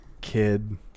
Kid